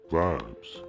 vibes